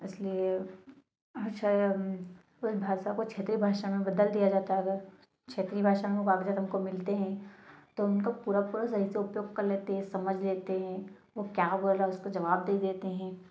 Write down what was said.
इसलिए भाषा उस भाषा को क्षेत्रीय भाषा में बदल दिया जाता है क्षेत्रीय भाषा में हमको मिलते हैं तो उनको पूरा पूरा सही से उपयोग कर लेते हैं समझ लेते हैं क्या बोल रहा है उसका जवाब दे देते हैं